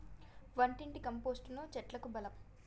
వంటింటి కంపోస్టును చెట్లకు బలం